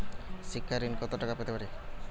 শিক্ষা ঋণ কত টাকা পেতে পারি?